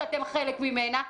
שאתם חלק ממנה.